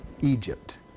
Egypt